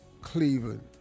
Cleveland